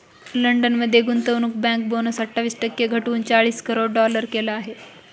London मध्ये गुंतवणूक bank bonus अठ्ठावीस टक्के घटवून चाळीस करोड डॉलर केला आहे